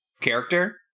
character